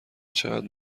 چقدر